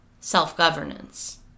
self-governance